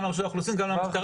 גם לרשות האוכלוסין וגם למשטרה,